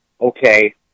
okay